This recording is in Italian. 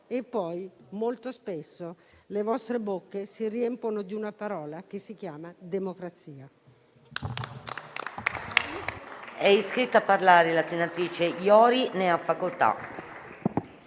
e poi, molto spesso, le vostre bocche si riempiono di una parola che si chiama democrazia.